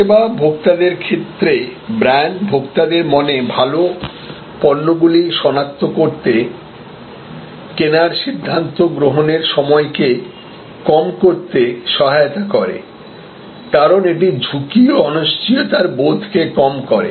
পরিষেবা ভোক্তাদের ক্ষেত্রে ব্র্যান্ড ভোক্তাদের মনে ভাল পণ্যগুলি সনাক্ত করতে কেনার সিদ্ধান্ত গ্রহণের সময়কে কম করতে সহায়তা করে কারণ এটি ঝুঁকি ও অনিশ্চয়তার বোধকে কম করে